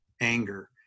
anger